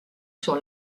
sur